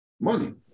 Money